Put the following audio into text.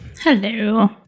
Hello